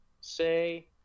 Say